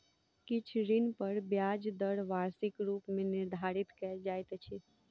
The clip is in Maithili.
किछ ऋण पर ब्याज दर वार्षिक रूप मे निर्धारित कयल जाइत अछि